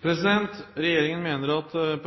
Regjeringen mener at brukerstyrt